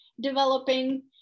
developing